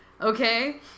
okay